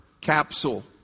capsule